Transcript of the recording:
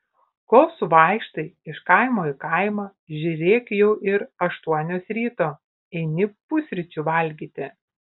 kol suvaikštai iš kaimo į kaimą žiūrėk jau ir aštuonios ryto eini pusryčių valgyti